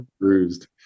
Bruised